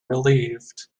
relieved